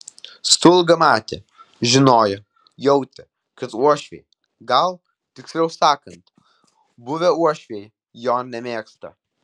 stulga matė žinojo jautė kad uošviai gal tiksliau sakant buvę uošviai jo nemėgsta